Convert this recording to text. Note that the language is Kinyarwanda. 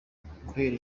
guhera